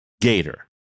Gator